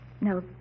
No